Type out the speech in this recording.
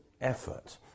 effort